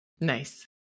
Nice